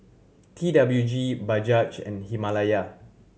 T W G Bajaj and Himalaya